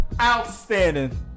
outstanding